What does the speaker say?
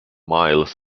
miles